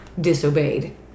disobeyed